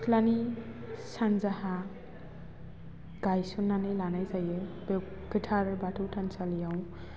सिथ्लानि सान्जाहा गायसननानै लानाय जायो बे गोथार बाथौ थानसालियाव